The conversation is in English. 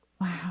Wow